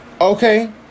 Okay